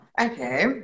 okay